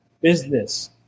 Business